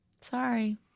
sorry